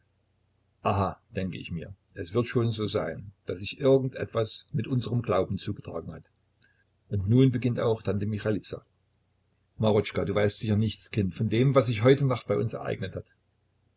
denke ich mir es wird schon so sein daß sich irgendetwas mit unserm glauben zugetragen hat und nun beginnt auch tante michailiza marotschka du weißt sicher nichts kind von dem was sich heute nacht bei uns ereignet hat